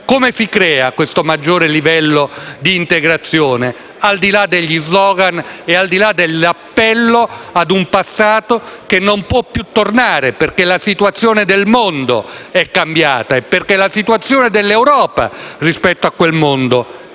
Come si crea questo maggiore livello d'integrazione, al di là degli *slogan* e dell'appello a un passato che non può più tornare, perché la situazione del mondo è cambiata e perché la situazione dell'Europa rispetto a quel mondo è cambiata?